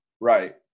Right